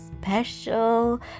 special